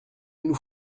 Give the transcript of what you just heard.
nous